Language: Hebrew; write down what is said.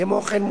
כמו כן,